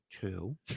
two